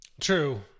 True